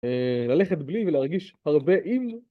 אהה... ללכת בלי ולהרגיש הרבה עם